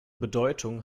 bedeutung